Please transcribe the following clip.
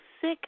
sick